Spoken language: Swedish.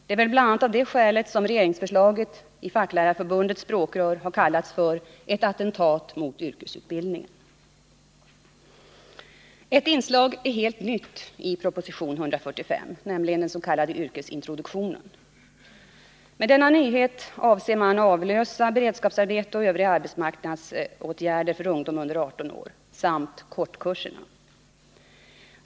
Det är bl.a. av det skälet som regeringsförslaget i Facklärarförbundets språkrör har kallats för ”ett attentat mot yrkesutbildningen”. Ett inslag är helt nytt i proposition 145, nämligen den s.k. yrkesintroduktionen. Med denna nyhet avser man att avlösa beredskapsarbete och övriga arbetsmarknadsåtgärder för ungdom under 18 år samt kortkurserna.